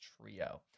Trio